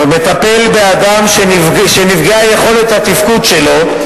שמטפל באדם שנפגעה יכולת התפקוד שלו,